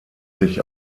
sich